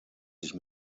sich